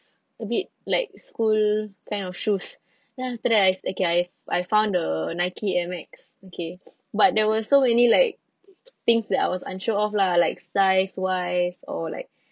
a bit like school kind of shoes then after that I okay I I found the Nike M_X okay but there were so many like things that I was unsure of lah like sizewise or like